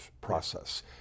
process